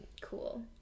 cool